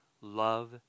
Love